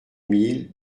mille